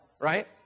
right